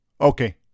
Okay